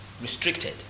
Restricted